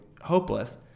hopeless